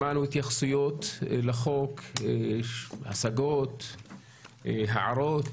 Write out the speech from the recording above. שמענו התייחסויות לחוק, השגות, הערות,